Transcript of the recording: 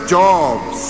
jobs